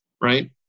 right